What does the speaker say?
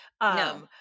No